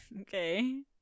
okay